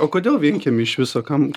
o kodėl vienkiemy iš viso kam